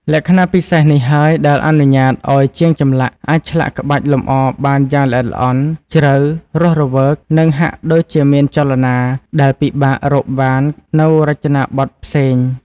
លក្ខណៈពិសេសនេះហើយដែលអនុញ្ញាតឱ្យជាងចម្លាក់អាចឆ្លាក់ក្បាច់លម្អបានយ៉ាងល្អិតល្អន់ ជ្រៅ រស់រវើក និងហាក់ដូចជាមានចលនា ដែលពិបាករកបាននៅរចនាបថផ្សេង។